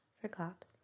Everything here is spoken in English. forgot